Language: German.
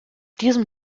diesem